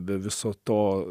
be viso to